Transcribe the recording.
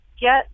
get